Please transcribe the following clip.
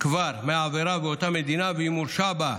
כבר מהעבירה באותה מדינה, ואם הורשע בה,